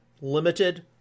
limited